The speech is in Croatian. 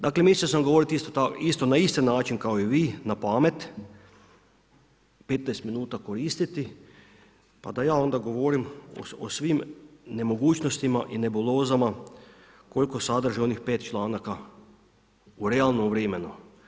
Dakle, mislio sam govoriti na isti način kao i vi, napamet, 15 minuta koristiti, pa da ja onda govorim o svim nemogućnostima i nebulozama koliko sadrže onih 5 članaka u realnom vremenu.